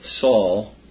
Saul